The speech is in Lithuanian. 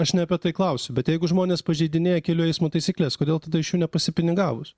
aš ne apie tai klausiu bet jeigu žmonės pažeidinėja kelių eismo taisykles kodėl tada iš jų nepasipinigavus